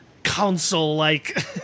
council-like